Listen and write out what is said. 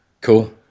Cool